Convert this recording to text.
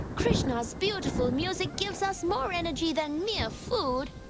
krishna's beautiful music gives us more energy than mere food.